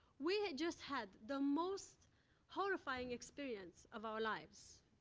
we had just had the most horrifying experience of our lives,